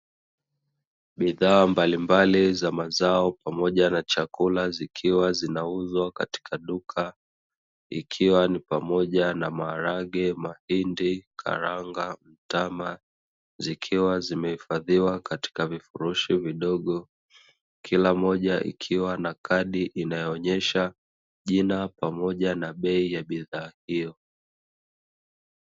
Bidhaa mbalimbali za mazao, pamoja na chakula, zikiwa zinauzwa katika duka, ikiwa ni pamoja na maharage, mahindi, karanga, mtama, zikiwa zimehifadhiwa katika vifurushi vidogo, kila moja ikiwa na kadi inayoonyesha jina, pamoja na bei ya bidhaa hiyo.